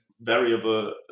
variable